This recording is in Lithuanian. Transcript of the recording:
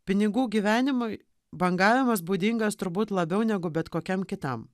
pinigų gyvenimui bangavimas būdingas turbūt labiau negu bet kokiam kitam